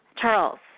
Charles